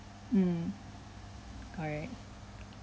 mm correct